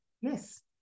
Yes